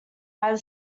either